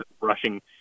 rushing